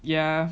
yeah